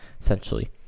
essentially